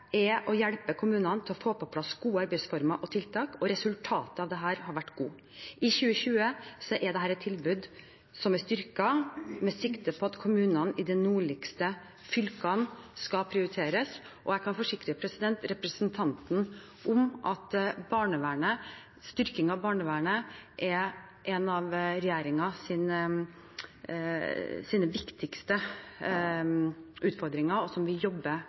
er å hjelpe kommunene til å få på plass gode arbeidsformer og tiltak. Resultatene av dette har vært gode. I 2020 er dette tilbudet styrket med sikte på at kommunene i de nordligste fylkene skal prioriteres. Jeg kan forsikre representanten om at styrking av barnevernet er en av regjeringens viktigste utfordringer, og som vi jobber